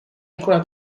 alcuna